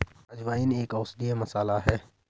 अजवाइन एक औषधीय मसाला है